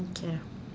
okay